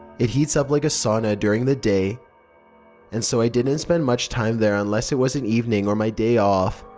it heats up like a sauna during the day and so i didn't spend much time there unless it was in the evening or my day off.